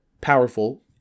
powerful